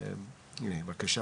אפשר